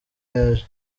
yaje